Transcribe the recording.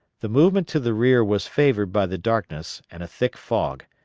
the movement to the rear was favored by the darkness and a thick fog,